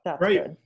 right